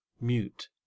Mute